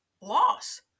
loss